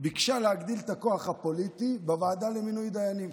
ביקשה להגדיל את הכוח הפוליטי בוועדה למינוי דיינים,